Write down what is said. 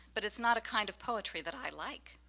but it's not a kind of poetry that i like.